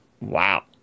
Wow